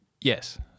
Yes